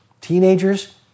teenagers